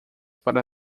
para